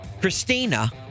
Christina